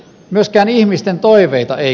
myöskään ihmisten toiveita ei